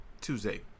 Tuesday